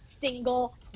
single